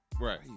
Right